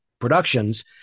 productions